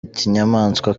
kinyamaswa